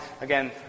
Again